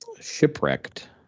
shipwrecked